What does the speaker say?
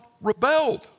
rebelled